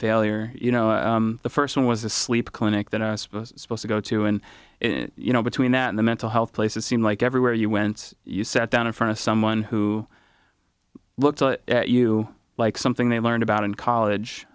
failure you know the first one was a sleep clinic that i was supposed to go to and you know between that and the mental health place it seemed like everywhere you went you sat down in front of someone who looked at you like something they learned about in college